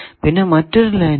പിന്നെ മറ്റൊരു ലൈൻ ഉണ്ട്